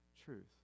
truth